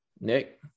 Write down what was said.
Nick